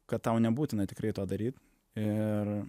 kad tau nebūtina tikrai to daryt ir